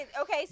okay